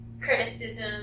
criticism